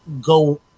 go